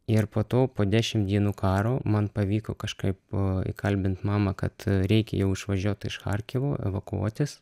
ir po to po dešim dienų karo man pavyko kažkaip įkalbint mamą kad reikia jau išvažiuot iš archyvo evakuotis